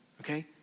Okay